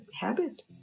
habit